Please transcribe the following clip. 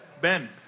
Ben